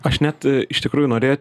aš net iš tikrųjų norė